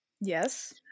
Yes